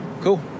Cool